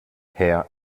herr